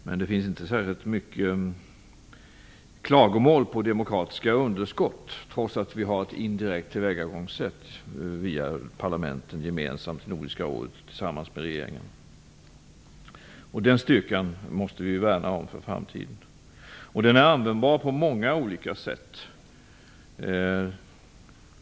Men det finns inte särskilt många klagomål på demokratiska underskott, trots att tillvägagångssättet är indirekt, dvs. via parlamenten och Nordiska rådet tillsammans med regeringen. Den styrkan måste vi värna om för framtiden. Den är användbar på många olika sätt.